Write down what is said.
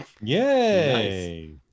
yay